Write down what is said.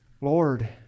Lord